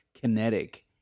kinetic